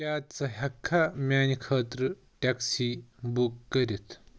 کیٛاہ ژٕ ہٮ۪ککھا میٛانہِ خٲطرٕ ٹٮ۪کسی بُک کٔرِتھ